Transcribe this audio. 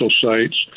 sites